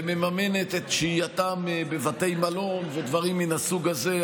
ומממנת את שהייתם בבתי מלון ודברים מן הסוג הזה.